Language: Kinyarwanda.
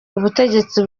ubutegetsi